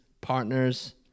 partners